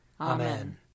Amen